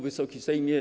Wysoki Sejmie!